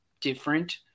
different